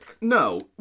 No